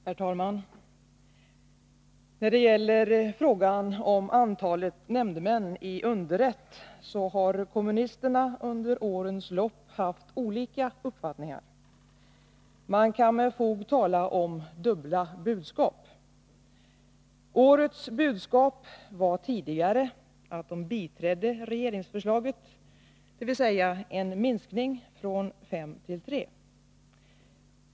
Herr talman! När det gäller frågan om antalet nämndemän i underrätt har kommunisterna under årens lopp haft olika uppfattningar. Man kan med fog tala om dubbla budskap. Årets budskap var tidigare att de biträdde regeringsförslaget, dvs. en minskning från fem till tre.